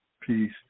Peace